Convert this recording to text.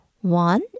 One